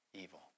evil